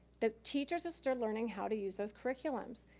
the teachers are still learning how to use those curriculums.